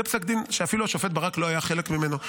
זה פסק דין שאפילו השופט ברק לא היה חלק ממנו,